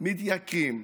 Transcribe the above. עולים תייקרים.